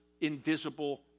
invisible